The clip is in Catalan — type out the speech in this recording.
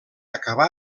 acabà